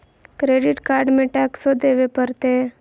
Credit card में टेक्सो देवे परते?